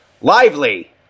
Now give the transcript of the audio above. Lively